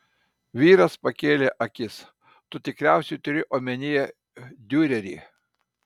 vyras pakėlė akis tu tikriausiai turi omenyje diurerį